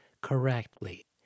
correctly